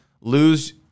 Lose